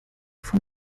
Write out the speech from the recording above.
von